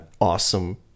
awesome